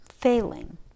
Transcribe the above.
failing